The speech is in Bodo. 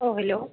औ हेल'